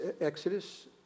Exodus